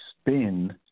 spin